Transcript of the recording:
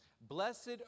Blessed